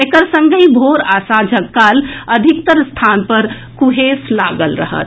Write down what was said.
एकर संगहि भोर आ सांझक काल अधिकतर स्थान पर कुहेस लागल रहत